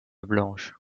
blanche